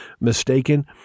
mistaken